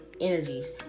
energies